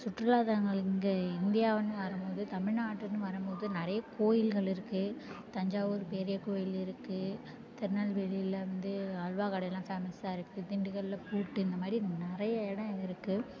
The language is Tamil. சுற்றுலாத்தலங்கள் இங்கே இந்தியாவுன்னு வரம்மோது தமிழ்நாடுன்னு வரம்மோது நிறைய கோயில்கள் இருக்கு தஞ்சாவூர் பெரிய கோயில் இருக்கு திருநெல்வேலியில வந்து அல்வா கடைலாம் ஃபேமஸ்ஸாக இருக்கு திண்டுக்கல்ல பூட்டு இந்தமாதிரி நிறைய இடம் இருக்கு